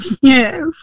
Yes